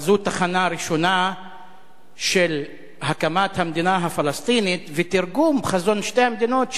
אבל זו תחנה ראשונה של הקמת המדינה הפלסטינית ותרגום חזון שתי המדינות,